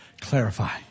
clarify